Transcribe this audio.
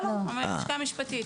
לא, לשכה משפטית.